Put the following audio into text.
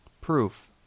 Proof